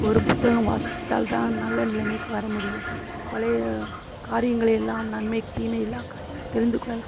ஒரு புத்தகம் வாசித்தால் தான் நல்ல நிலமைக்கு வர முடியும் பழைய காரியங்களை எல்லாம் நன்மை தீமை எல்லா காரியங்களையும் தெரிந்துகொள்ளலாம்